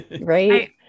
Right